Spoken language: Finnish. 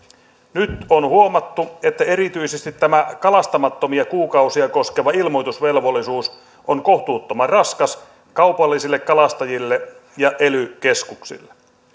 nyt on huomattu että erityisesti tämä kalastamattomia kuukausia koskeva ilmoitusvelvollisuus on kohtuuttoman raskas kaupallisille kalastajille ja ely keskuksille